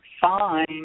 fine